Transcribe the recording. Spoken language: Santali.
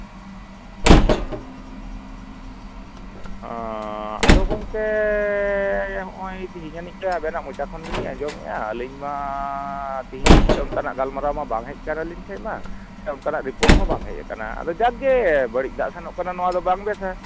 ᱟᱫᱚ ᱜᱚᱢᱠᱮ ᱦᱚᱜᱼᱚᱭ ᱦᱚᱜᱼᱚᱭ ᱛᱮᱦᱮᱧ ᱟᱱᱤᱡ ᱜᱮ ᱟᱞᱤᱧ ᱟᱵᱮᱱᱟᱜ ᱢᱚᱪᱟ ᱠᱷᱚᱱ ᱜᱮᱞᱤᱧ ᱟᱸᱡᱚᱢᱮᱫᱼᱟ ᱟᱞᱤᱧ ᱢᱟ ᱛᱮᱦᱮᱧ ᱦᱟᱹᱵᱤᱡᱛᱮ ᱚᱱᱠᱟᱱᱟᱜ ᱜᱟᱞᱢᱟᱨᱟᱣ ᱢᱟ ᱵᱟᱝ ᱦᱮᱡ ᱠᱟᱱ ᱟᱞᱤᱧ ᱴᱷᱮᱡ ᱢᱟ ᱥᱮ ᱚᱱᱠᱟᱱᱟᱜ ᱨᱤᱯᱳᱴ ᱦᱚᱸ ᱵᱟᱝ ᱦᱮᱡ ᱠᱟᱱᱟ ᱟᱫᱚᱚ ᱡᱟᱠ ᱜᱮ ᱵᱟᱹᱲᱤᱡ ᱫᱟᱜ ᱥᱮᱱᱚᱜ ᱠᱟᱱᱟ ᱱᱚᱣᱟ ᱫᱚ ᱵᱟᱝ ᱵᱮᱥᱟ